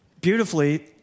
Beautifully